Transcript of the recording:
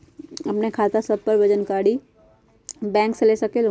आपन खाता के सब जानकारी बैंक से ले सकेलु?